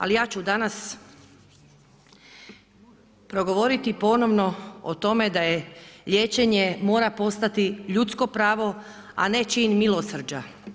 Ali ja ću danas progovoriti ponovno o tome da liječenje mora postati ljudsko pravo, a ne čim milosrđa.